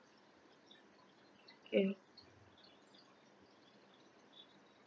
can